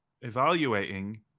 evaluating